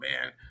man